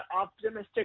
optimistic